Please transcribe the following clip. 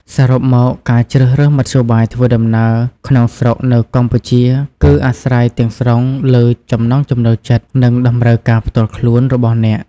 សរុបមក ការជ្រើសរើសមធ្យោបាយធ្វើដំណើរក្នុងស្រុកនៅកម្ពុជា គឺអាស្រ័យទាំងស្រុងលើ ចំណង់ចំណូលចិត្ត និង តម្រូវការផ្ទាល់ខ្លួន របស់អ្នក។